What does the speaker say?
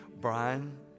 Brian